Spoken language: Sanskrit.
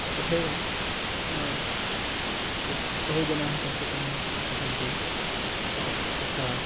तथैव अत्र बहु जनाः संस्कृतं पठन्ति तता तथा